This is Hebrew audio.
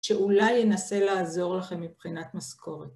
שאולי ינסה לעזור לכם מבחינת משכורת.